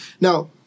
Now